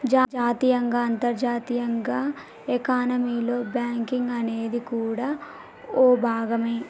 జాతీయంగా అంతర్జాతీయంగా ఎకానమీలో బ్యాంకింగ్ అనేది కూడా ఓ భాగమే